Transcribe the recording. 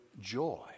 joy